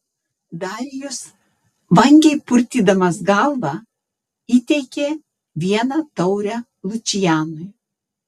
darijus vangiai purtydamas galvą įteikė vieną taurę lučianui